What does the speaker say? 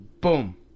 Boom